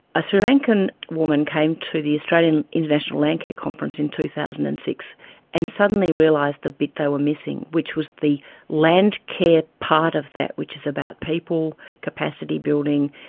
a sri lankan woman came to the australian international landcare conference in two thousand and six and suddenly realised the bit they were missing which was the landcare part of that which is about people, capacity building,